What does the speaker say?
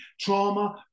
trauma